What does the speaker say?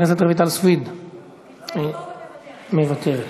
חברת הכנסת רויטל סויד, נמצאת פה ומוותרת.